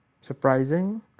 surprising